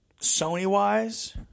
Sony-wise